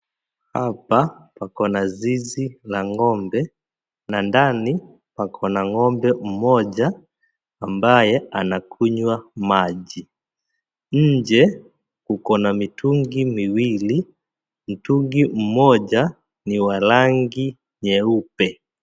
Hapa pako na zizi la ng'ombe na ndani pako ng'ombe mmoja ambaye anakunywa maji. Nje kuko na mitungi miwili. Mtungi moja ni wa rangi nyeupe.